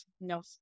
no